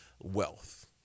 wealth